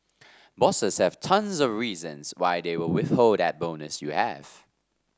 bosses have tons of reasons why they will withhold that bonus you have